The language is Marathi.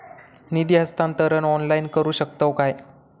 निधी हस्तांतरण ऑनलाइन करू शकतव काय?